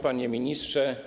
Panie Ministrze!